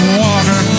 water